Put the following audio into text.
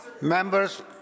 Members